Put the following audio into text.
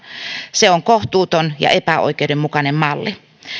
se on kohtuuton ja epäoikeudenmukainen malli